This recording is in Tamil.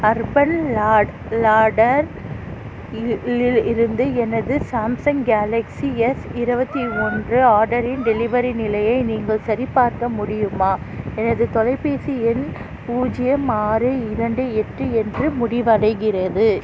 அர்பன் லாட் லாடர் லி லி இருந்து எனது சாம்சங் கேலக்ஸி எஸ் இருபத்தி ஒன்று ஆடரின் டெலிவரி நிலையை நீங்கள் சரிபார்க்க முடியுமா எனது தொலைபேசி எண் பூஜ்ஜியம் ஆறு இரண்டு எட்டு என்று முடிவடைகிறது